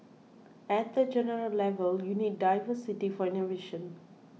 at the general level you need diversity for innovation